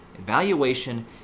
evaluation